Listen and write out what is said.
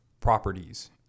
properties